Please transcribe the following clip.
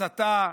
הסתה,